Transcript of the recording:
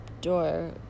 door